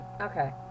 Okay